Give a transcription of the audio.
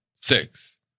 six